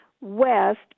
West